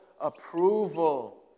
approval